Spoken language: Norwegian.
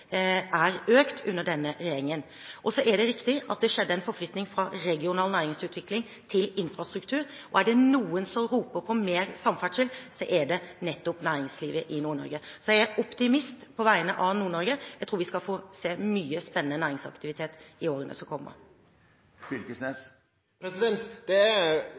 er økt under denne regjeringen. Det er riktig at det skjedde en forflytning fra regional næringsutvikling til infrastruktur. Er det noen som roper på mer samferdsel, er det nettopp næringslivet i Nord-Norge. Jeg er optimist på vegne av Nord-Norge. Jeg tror vi skal få se mye spennende næringsaktivitet i årene som kommer.